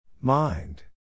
Mind